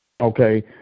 Okay